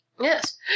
Yes